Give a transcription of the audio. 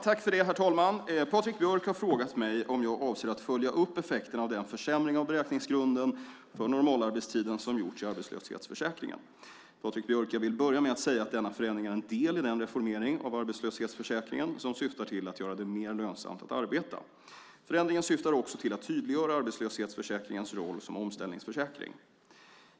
Herr talman! Patrik Björck har frågat mig om jag avser att följa upp effekterna av den försämring av beräkningsgrunden för normalarbetstiden som gjorts i arbetslöshetsförsäkringen. Patrik Björck! Jag vill börja med att säga att denna förändring är en del i den reformering av arbetslöshetsförsäkringen som syftar till att göra det mer lönsamt att arbeta. Förändringen syftar också till att tydliggöra arbetslöshetsförsäkringens roll som omställningsförsäkring.